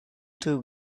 two